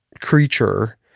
creature